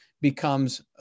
becomes